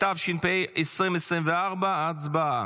התשפ"ה 2024. הצבעה.